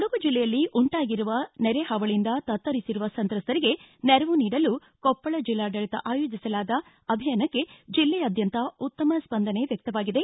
ಕೊಡಗು ಜಿಲ್ಲೆಯಲ್ಲಿ ಉಂಟಾಗಿರುವ ನರೆಹಾವಳಿಯಿಂದ ತತ್ತರಿಸಿರುವ ಸಂತ್ರಸ್ವರಿಗೆ ನೆರವು ನೀಡಲು ಕೊಪ್ಪಳ ಜಿಲ್ಲಾಡಳತ ಆಯೋಜಿಸಲಾದ ಅಭಿಯಾನಕ್ಕೆ ಜಿಲ್ಲೆಯಾದ್ದಂತ ಉತ್ತಮ ಸ್ಪಂದನೆ ವ್ಯಕ್ತವಾಗಿದೆ